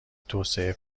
توسعه